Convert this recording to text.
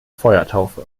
feuertaufe